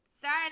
sorry